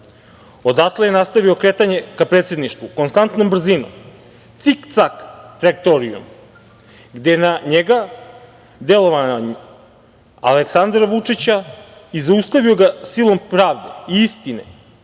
odatle je nastavio kretanje ka predsedništvu konstantnom brzinom, cik-cak trajektorijom, gde je na njega delovao Aleksandar Vučić i zaustavio ga silom pravde i istine